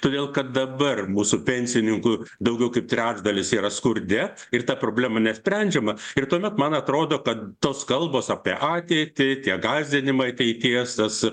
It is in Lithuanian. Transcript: todėl kad dabar mūsų pensininkų daugiau kaip trečdalis yra skurde ir ta problema nesprendžiama ir tuomet man atrodo kad tos kalbos apie ateitį tie gąsdinimai ateities tas